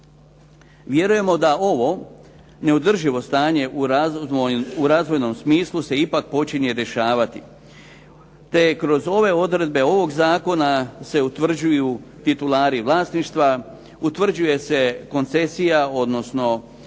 Vjerujemo da ovo neodrživo stanje u razvojnom smislu se ipak počinje rješavati, te je kroz ove odredbe ovog zakona se utvrđuju titulari vlasništva, utvrđuje se koncesija, odnosno naknade